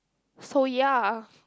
so ya